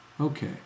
Okay